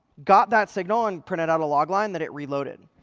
got that signal and printed out a log line that it reloaded.